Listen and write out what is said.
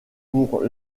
pour